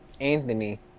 Anthony